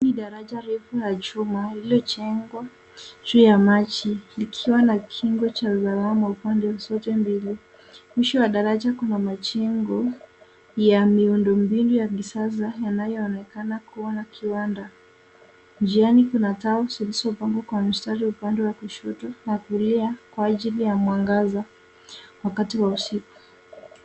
Hili ni daraja refu la chuma lililojengwa juu ya maji likiwa na kingo cha ndaramo. Mwisho wa daraja kuna majengo ya miundombinu ya kisasa yanayoonekana kuwa na kiwanda. Njiani kuna taa zilizopangwa kwa mstari upande wa kushoto na kulia kwa ajili ya mwangaza wakati wa usiku.